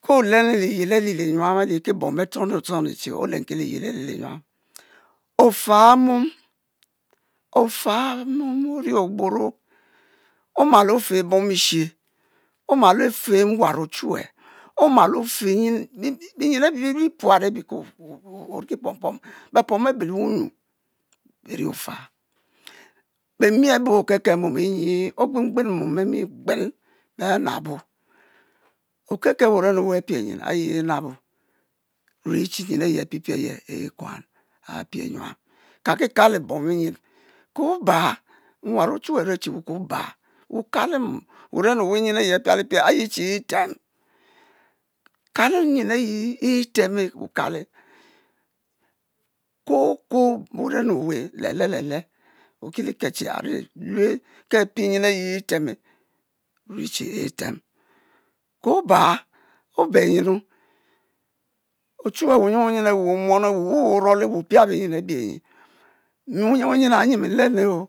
Ko oleuu liyel ali liyuamlsi bom betchony tchony che olenlsi liyel ali li nyuam, o’fa mom, ofa mom o’ri ogburo omal o’fe bom eshe ounul o’fe nwun o chuwue, omal o’fo biri puut abeh we oui ki pompom, pefom abe lewu-nyu beri o’fa, bemi gbek benabo, okelkel wuren owe apie nyen ayi enabo, rue che nyen ayi apie pie aye ekuun, a pie nyuam lsalsi kalo bom nyen koba. nwan ochuwue arue che we koba, we koba mom wuren owe ayi apiale pie aye che e’tem, lsale nyen ayi chi e’tem we ka’le, kuo-kuo wuren owe le’ le’ le’, we olsel e lsel che ari lue ki apie nyen ayi e’te’e, nue che e’tem, koba, obe nheuu? Ochuwe wunyen awu omuong ewe, wu ovuole we ofia binyren abie nyi, mi nwuyen nwuyen o’a’ nyi mi nleno, n